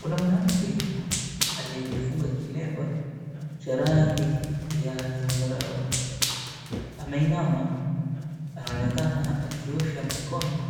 Kuna mwanamke aliyejifunga kilemba cha rangi ya zambarau, ameinama anaonekana akiosha mikono,